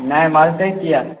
नहि बजतै कियै